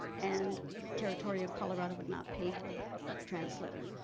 and the territory of colorado would not pay for the translator.